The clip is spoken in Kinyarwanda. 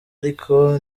ariko